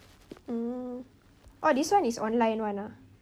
mm oh this one is online [one] ah